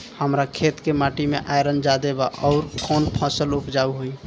हमरा खेत के माटी मे आयरन जादे बा आउर कौन फसल उपजाऊ होइ?